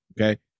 Okay